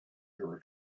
your